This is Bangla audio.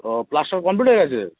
ও প্লাস্টার কমপ্লিট হয়ে গেছে